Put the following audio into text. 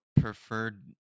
preferred